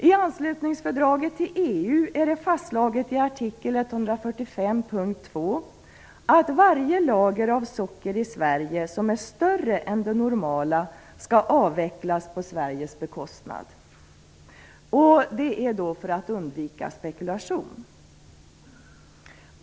I anslutningsfördraget till EU är det fastslaget i artikel 145.2 att varje lager av socker i Sverige som är större än det normala skall avvecklas på Sveriges bekostnad - detta för att undvika spekulation.